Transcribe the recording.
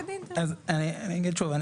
אני אגיד שוב,